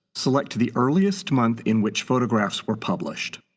select the earliest month in which photographs were published.